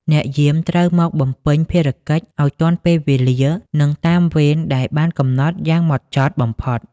អ្នកយាមត្រូវមកបំពេញភារកិច្ចឱ្យទាន់ពេលវេលា និងតាមវេនដែលបានកំណត់យ៉ាងហ្មត់ចត់បំផុត។